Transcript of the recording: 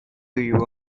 you